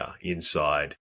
inside